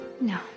No